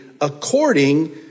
according